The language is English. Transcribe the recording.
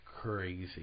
crazy